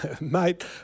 mate